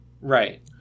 right